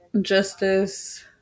justice